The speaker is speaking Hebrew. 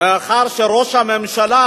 מאחר שראש הממשלה,